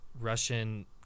Russian